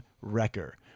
wrecker